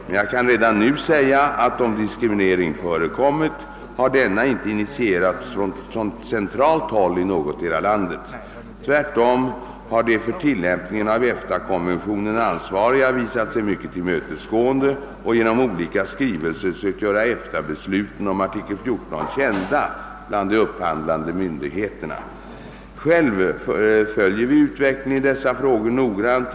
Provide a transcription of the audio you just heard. Men jag kan redan nu säga att om diskriminering förekommit har denna inte initierats från centralt håll i någotdera landet. Tvärtom har de för tillämpningen av EFTA-konventionen ansvariga visat sig mycket tillmötesgående och genom olika skrivelser sökt göra EFTA-besluten om artikel 14 kända "bland de upphandlande myndigheterna. Självfallet följer vi utvecklingen i dessa frågor noggrant.